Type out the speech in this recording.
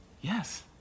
yes